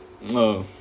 oh